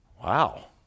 Wow